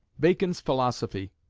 bacon's philosophy.